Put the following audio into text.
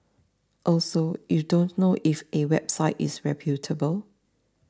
also you don't know if a website is reputable